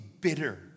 bitter